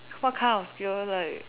what kind of skill like